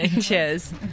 cheers